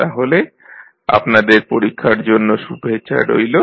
তাহলে আপনাদের পরীক্ষার জন্য শুভেচ্ছা রইলো